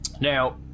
Now